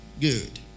Good